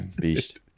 Beast